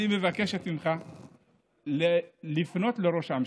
אני מבקשת ממך לפנות לראש הממשלה,